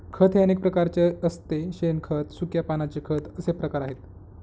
खत हे अनेक प्रकारचे असते शेणखत, सुक्या पानांचे खत असे प्रकार आहेत